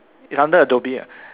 it's under Adobe [what]